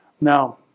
Now